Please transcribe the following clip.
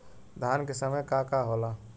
धान के समय का का होला?